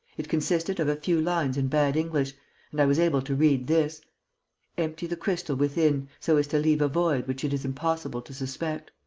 it consisted of a few lines in bad english and i was able to read this empty the crystal within, so as to leave a void which it is impossible to suspect